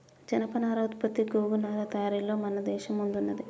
జనపనార ఉత్పత్తి గోగు నారా తయారీలలో మన దేశం ముందున్నది